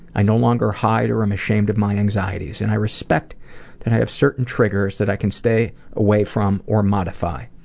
i no longer hide or am ashamed of my anxieties, and i respect that i have certain triggers that i can stay away from or modify.